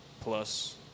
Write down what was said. plus